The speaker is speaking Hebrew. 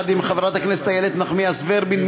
עם חברי הכנסת איילת נחמיאס ורבין,